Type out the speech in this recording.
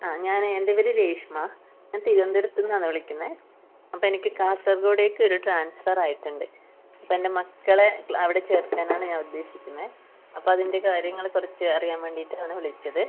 ആ ഞാൻ എൻ്റെ പേര് രേഷ്മ ഞാൻ തിരുവനന്തപുരത്ത് നിന്നാണ് വിളിക്കുന്നത് അപ്പോൾ എനിക്ക് കാസർഗോഡേക്ക് ഒരു ട്രാൻസ്ഫർ ആയിട്ടുണ്ട് അപ്പോൾ എൻ്റെ മക്കളെ അവിടെ ചേർക്കാനാണ് ഞാൻ ഉദ്ദേശിക്കുന്നത് അപ്പോൾ അതിൻ്റെ കാര്യങ്ങളെ കുറിച്ച് അറിയാൻ വേണ്ടിയിട്ടാണ് വിളിച്ചത്